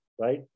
right